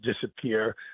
disappear